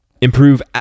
improve